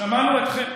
שמענו אתכם,